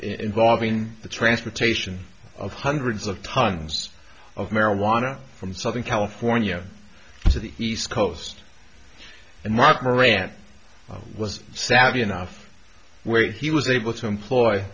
involving the transportation of hundreds of tons of marijuana from southern california to the east coast and mark moran was savvy enough where he was able to employ